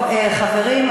חברים,